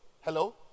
Hello